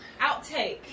Outtake